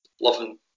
loving